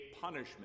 punishment